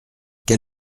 quel